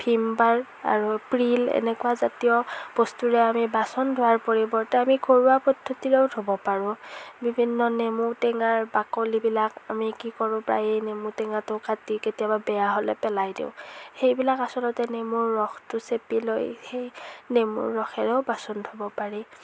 ভীমবাৰ আৰু প্ৰিল এনেকুৱা জাতীয় বস্তুৰে আমি বাচন ধোৱাৰ পৰিৱৰ্তে আমি ঘৰুৱা পদ্ধতিৰেও ধোব পাৰোঁ বিভিন্ন নেমু টেঙাৰ বাকলিবিলাক আমি কি কৰোঁ প্ৰায়ে নেমু টেঙাটো কাটি কেতিয়াবা বেয়া হ'লে পেলাই দিওঁ সেইবিলাক আচলতে নেমুৰ ৰসটো চেপি লৈ সেই নেমুৰ ৰসেৰেও বাচন ধোব পাৰি